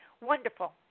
wonderful